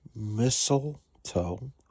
Mistletoe